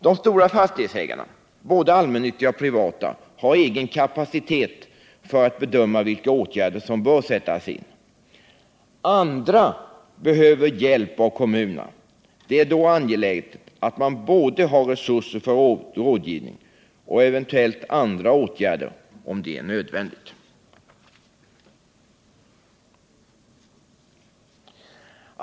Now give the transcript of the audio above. De stora fastighetsägarna — både de allmännyttiga och de privata — har egen kapacitet för att bedöma vilka åtgärder som bör sättas in. Mindre fastighetsägare och småhusägare saknar ofta den kapaciteten. Det är då angeläget att kommunen både har resurser för rådgivning och kan vidta andra åtgärder som eventuellt behövs.